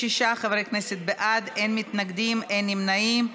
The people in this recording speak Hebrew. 76 חברי כנסת בעד, אין מתנגדים, אין נמנעים.